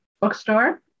bookstore